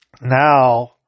now